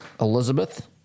elizabeth